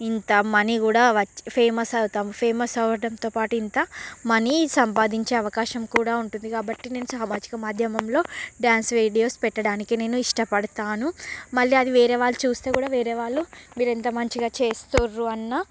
ఇంత మనీ కూడా వ ఫేమస్ అవుతాం ఫేమస్ అవడంతో పాటు ఇంత మనీ సంపాదించే అవకాశం కూడా ఉంటుంది కాబట్టి నేను సామాజిక మాధ్యమంలో నేను డ్యాన్స్ వీడియోస్ పెట్టడానికి నేను ఇష్టపడతాను మళ్ళీ అది వేరే వాళ్ళు చూస్తే కూడా వేరే వాళ్ళు మీరు ఎంత మంచిగా చేస్తున్నారు అన్న